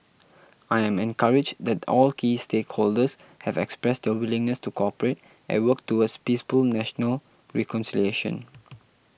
I am encouraged that all key stakeholders have expressed their willingness to cooperate and work towards peaceful national reconciliation